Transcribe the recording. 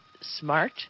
smart